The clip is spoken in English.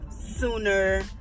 sooner